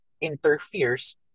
interferes